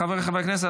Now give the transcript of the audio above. חבריי חברי הכנסת,